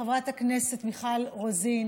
חברת הכנסת מיכל רוזין,